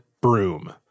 broom